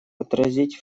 отразить